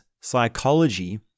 psychology